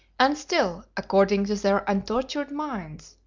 and still, according to their untutored minds,